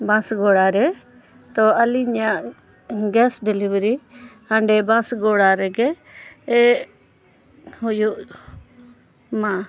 ᱵᱟᱥ ᱜᱚᱲᱟᱨᱮ ᱛᱚ ᱟᱹᱞᱤᱧᱟᱜ ᱜᱮᱥ ᱰᱮᱞᱤᱵᱷᱟᱨᱤ ᱦᱟᱸᱰᱮ ᱵᱟᱥ ᱜᱚᱲᱟ ᱨᱮᱜᱮ ᱦᱩᱭᱩᱜ ᱢᱟ